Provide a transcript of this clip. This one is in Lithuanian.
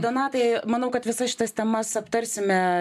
donatai manau kad visas šitas temas aptarsime